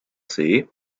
see